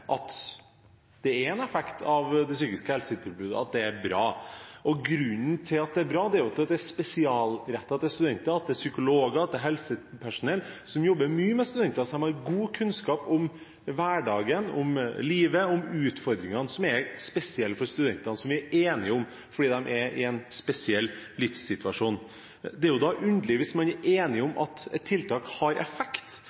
at det er en effekt av at det psykiske helsetilbudet er bra. Grunnen til at det er bra, er jo at det er spesialrettet mot studenter. Det er psykologer og helsepersonell som jobber mye med studenter, og som har god kunnskap om hverdagen, livet og utfordringene som er spesielle for studentene – noe som vi er enige om – fordi de er i en spesiell livssituasjon. Da er det underlig – hvis man er enig